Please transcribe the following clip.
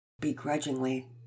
begrudgingly